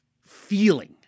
feeling